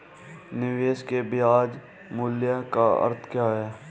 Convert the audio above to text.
निवेश के ब्याज मूल्य का अर्थ क्या है?